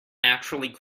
actually